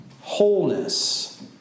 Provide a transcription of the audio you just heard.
wholeness